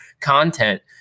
content